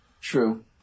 True